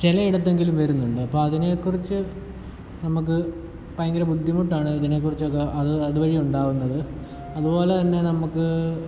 ചിലയിടത്തെങ്കിലും വരുന്നുണ്ട് അപ്പം അതിനെക്കുറിച്ച് നമുക്ക് ഭയങ്കര ബുദ്ധിമുട്ടാണ് അതിനെക്കുറിച്ചൊക്കെ അത് അത് വഴി ഉണ്ടാകുന്നത് അതുപോലെ തന്നെ നമുക്ക്